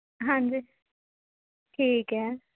ਹਾਂਜੀ ਠੀਕ ਹੈ